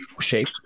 shape